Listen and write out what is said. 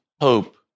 hope